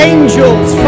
angels